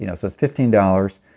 you know so it's fifteen dollars.